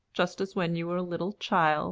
just as when you were a little child